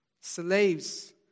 slaves